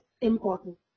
important